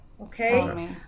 Okay